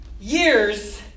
years